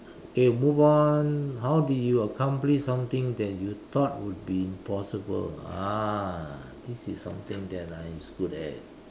K move on how did you accomplish something that you thought would be impossible ah this is something that I is good at